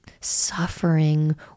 suffering